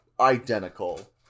identical